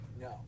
No